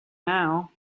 now